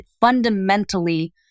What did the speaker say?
fundamentally